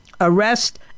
arrest